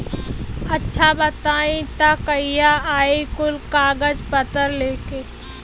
अच्छा बताई तब कहिया आई कुल कागज पतर लेके?